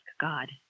God